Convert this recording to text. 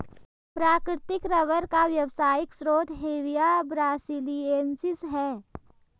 प्राकृतिक रबर का व्यावसायिक स्रोत हेविया ब्रासिलिएन्सिस है